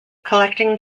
collecting